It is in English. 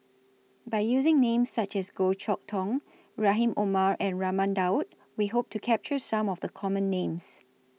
By using Names such as Goh Chok Tong Rahim Omar and Raman Daud We Hope to capture Some of The Common Names